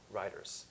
riders